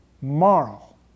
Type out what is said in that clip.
Moral